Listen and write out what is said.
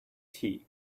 tea